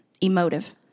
emotive